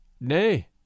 nay